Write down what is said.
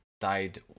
died